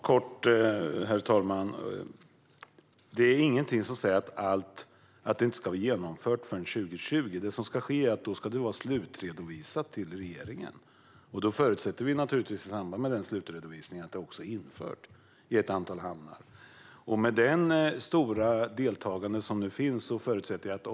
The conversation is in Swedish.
Herr talman! Det finns ingenting som säger att det inte ska vara genomfört förrän 2020. Det ska vara slutredovisat till regeringen då. Och vi förutsätter att det i samband med slutredovisningen är infört i ett antal hamnar.